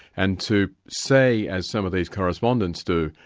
and to say, as some of these correspondents do,